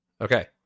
Okay